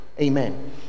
Amen